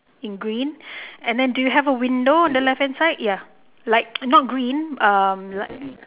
in green and then do you have a window on the left hand side ya like not green uh like